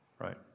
Right